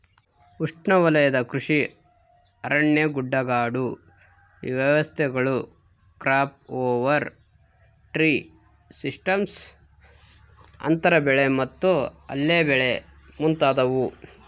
ಉಷ್ಣವಲಯದ ಕೃಷಿ ಅರಣ್ಯ ಗುಡ್ಡಗಾಡು ವ್ಯವಸ್ಥೆಗಳು ಕ್ರಾಪ್ ಓವರ್ ಟ್ರೀ ಸಿಸ್ಟಮ್ಸ್ ಅಂತರ ಬೆಳೆ ಮತ್ತು ಅಲ್ಲೆ ಬೆಳೆ ಮುಂತಾದವು